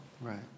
Right